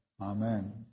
Amen